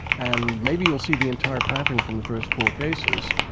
and maybe you'll see the entire pattern from the first four cases,